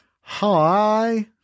Hi